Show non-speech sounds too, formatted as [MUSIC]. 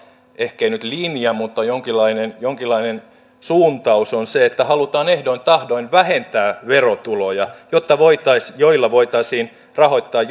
ehkei nyt linja mutta jonkinlainen jonkinlainen suuntaus on se että halutaan ehdoin tahdoin vähentää verotuloja joilla voitaisiin rahoittaa [UNINTELLIGIBLE]